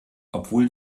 obwohl